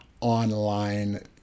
online